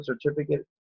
certificate